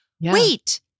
wait